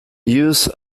used